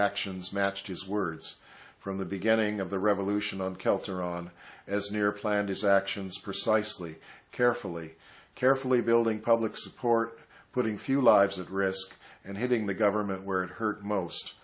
actions matched his words from the beginning of the revolution on celts or on as near planned his actions precisely carefully carefully building public support putting few lives at risk and hitting the government w